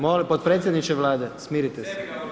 Molim, potpredsjedniče Vlade, smirite se.